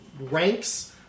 ranks